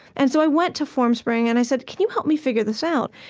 and so i went to formspring, and i said, can you help me figure this out?